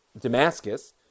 Damascus